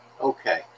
Okay